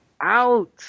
out